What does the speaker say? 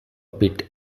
bit